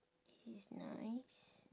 is nice